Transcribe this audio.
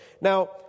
Now